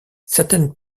certaines